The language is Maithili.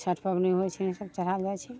छठ पबनि होइ छै सभ चढ़ायल जाइ छै